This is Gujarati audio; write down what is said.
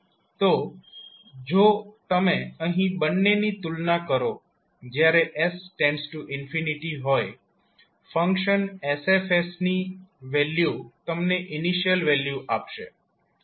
તો જો તમે અહીં બંનેની તુલના કરો જ્યારે s હોય ફંક્શન sF ની વેલ્યુ તમને ઇનિશિયલ વેલ્યુ આપશે